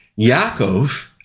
Yaakov